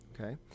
okay